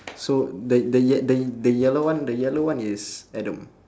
so the the ye~ the y~ the yellow one the yellow one is adam